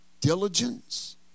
diligence